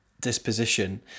disposition